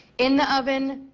in the oven,